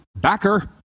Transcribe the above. backer